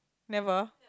never